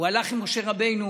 הוא הלך עם משה רבנו,